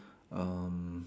um